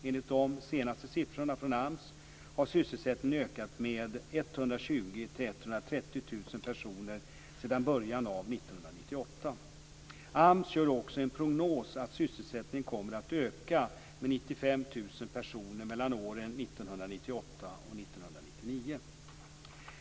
Enligt de senaste siffrorna från AMS har sysselsättningen ökat med AMS gör också prognosen att sysselsättningen kommer att öka med 95 000 personer mellan åren 1998 och 1999.